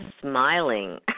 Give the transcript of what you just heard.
smiling